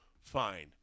fine